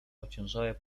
ociężałe